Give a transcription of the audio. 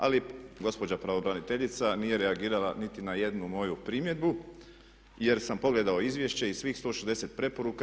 Ali gospođa pravobraniteljica nije reagirala niti na jednu moju primjedbu jer sam pogledao izvješće i svih 160 preporuka.